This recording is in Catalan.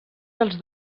dels